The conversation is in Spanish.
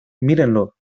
mírenlo